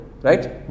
Right